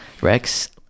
rex